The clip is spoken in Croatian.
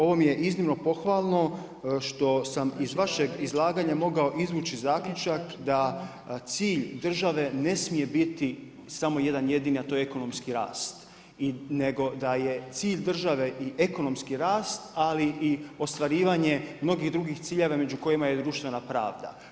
Ovo mi je iznimno pohvalno, što sam iz vašeg izlaganja mogao izvući zaključak da cilj države ne smije biti samo jedan jedini, a to je ekonomski rast, nego da je cilj države i ekonomski rast, ali i ostvarivanje mnogih drugih ciljeva među kojima je i društvena pravda.